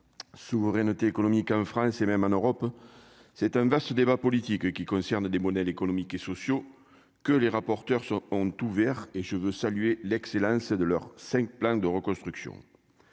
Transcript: souveraineté économique en France et même en Europe, c'est un vaste débat politique qui concerne des modèles économiques et sociaux que les rapporteurs sont ont ouvert et je veux saluer l'excellence de leur 5 plans de reconstruction.